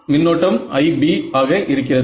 மின்னோட்டம் IB ஆக இருக்கிறது